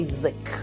Isaac